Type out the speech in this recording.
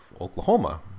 Oklahoma